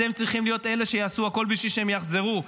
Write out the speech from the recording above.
אתם צריכים להיות אלה שיעשו הכול בשביל שהם יחזרו.